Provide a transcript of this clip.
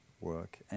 work